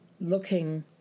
looking